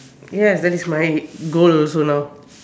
yes that is my goal also now